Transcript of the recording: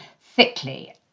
thickly